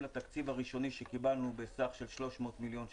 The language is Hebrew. לתקציב הראשוני שקיבלנו בסך של 300 מיליון שקלים,